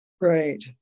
Right